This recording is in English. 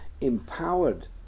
empowered